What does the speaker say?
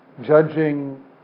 judging